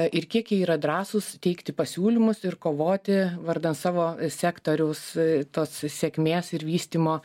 ir kiek jie yra drąsūs teikti pasiūlymus ir kovoti vardan savo sektoriaus tos sėkmės ir vystymo